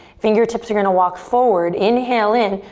fingertips are gonna walk forward, inhale in.